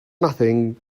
nothing